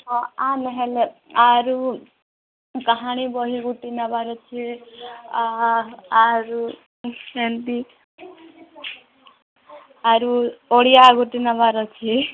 ଆର୍ ନହେନେ ଆରୁ କାହାଣୀ ବହିରୁ ଅଛି ଆ ଆରୁ ଆରୁ ଓଡ଼ିଆ ଗୁଟେ ନେବାର ଅଛି